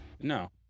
No